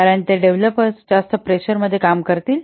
कारण ते डेव्हलपर्स जास्त प्रेशर मध्ये काम देतील